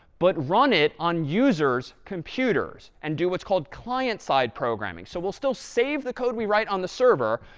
but run it on users' computers and do what's called client-side programming, so we'll still save the code we write on the server,